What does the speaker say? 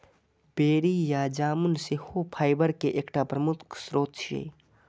बेरी या जामुन सेहो फाइबर के एकटा प्रमुख स्रोत छियै